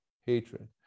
hatred